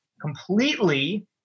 completely